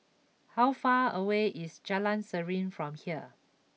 how far away is Jalan Serene from here